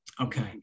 Okay